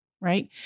Right